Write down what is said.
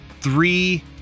three